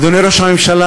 אדוני ראש הממשלה,